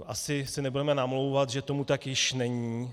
Asi si nebudeme namlouvat, že tomu tak již není.